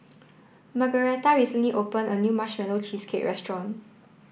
Margaretha recently opened a new marshmallow cheesecake restaurant